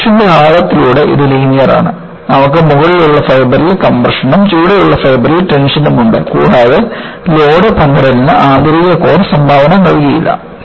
cross സെക്ഷന്റെ ആഴത്തിലൂടെ ഇത് ലീനിയർ ആണ് നമുക്ക് മുകളിലുള്ള ഫൈബറിൽ കംപ്രഷനും ചുവടെയുള്ള ഫൈബറിലെ ടെൻഷനും ഉണ്ട് കൂടാതെ ലോഡ് പങ്കിടലിന് ആന്തരിക കോർ സംഭാവന നൽകില്ല